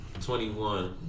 21